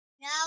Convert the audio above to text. no